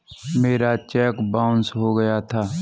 मेरा cheque bounce हो गया था